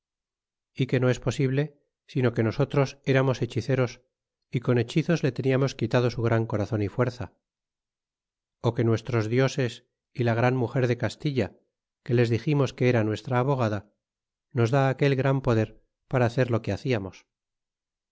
é que no es posible sino que nosotros ciamos hechiceros y con hechizos le teniamos quitado su gran corazon y fuerza ó que nuestros dioses y la gran muger de castilla que les diximos que era nuestra abogada nos da aquel gran poder para hacer lo que haciamos